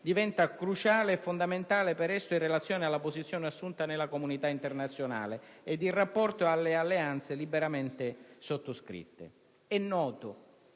diventa cruciale e fondamentale per esso in relazione alla posizione assunta nella comunità internazionale ed in rapporto alle alleanze liberamente sottoscritte. È noto